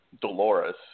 Dolores